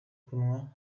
kunywa